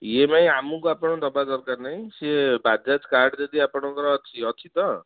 E M I ଆମକୁ ଆପଣ ଦେବା ଦରକାର ନାହିଁ ସିଏ ବାଜାଜ୍ କାର୍ଡ଼ ଯଦି ଆପଣଙ୍କର ଅଛି ଅଛି ତ